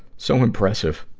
so impressive.